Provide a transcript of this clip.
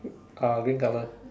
ah green colour